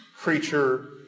creature